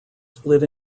split